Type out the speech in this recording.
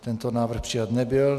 Tento návrh přijat nebyl.